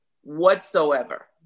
whatsoever